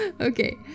Okay